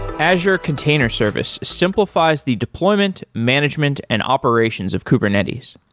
azure container service simplifies the deployment, management and operations of kubernetes.